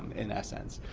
in essence.